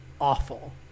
awful